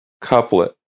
Couplet